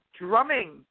drumming